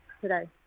Today